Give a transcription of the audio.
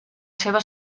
seva